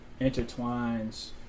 intertwines